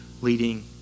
leading